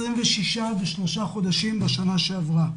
26 בשלושה חודשים בשנה שעברה.